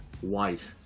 white